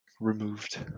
removed